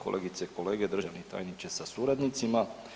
Kolegice i kolege, državni tajniče sa suradnicima.